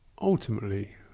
ultimately